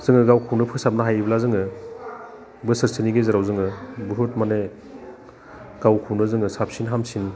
जोङो गावखौनो फोसाबनो हायोब्ला जोङो बोसोरसेनि गेजेराव जोङो बुहुद माने गावखौनो जोङो साबसिन हामसिन